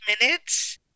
minutes